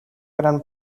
gran